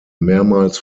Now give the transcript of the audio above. mehrmals